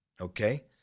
okay